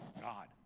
God